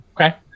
Okay